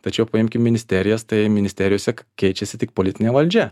tačiau paimkim ministerijas tai ministerijose keičiasi tik politinė valdžia